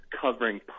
covering